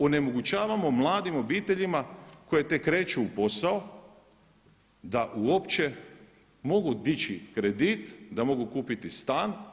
Onemogućavamo mladim obiteljima koje tek kreću u posao da uopće mogu dići kredit, da mogu kupiti stan.